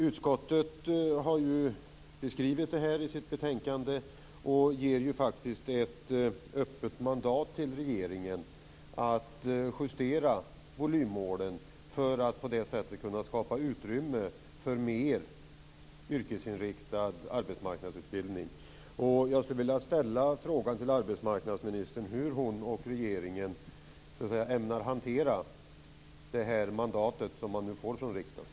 Utskottet har beskrivit detta i betänkandet och ger ett öppet mandat till regeringen att justera volymmålen för att på det sättet kunna skapa utrymme för mer yrkesinriktad arbetsmarknadsutbildning. Hur ämnar arbetsmarknadsministern och regeringen att hantera mandatet som man nu får från riksdagen?